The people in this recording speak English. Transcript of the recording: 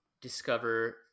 discover